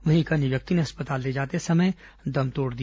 वहीं एक अन्य व्यक्ति ने अस्पताल ले जाते समय दम तोड़ दिया